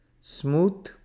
smooth